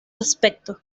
respecto